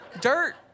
Dirt